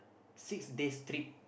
six days trip